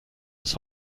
aus